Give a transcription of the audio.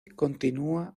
continúa